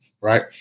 right